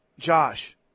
Josh